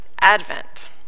Advent